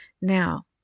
Now